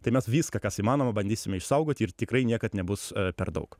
tai mes viską kas įmanoma bandysime išsaugoti ir tikrai niekad nebus per daug